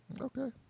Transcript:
Okay